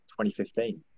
2015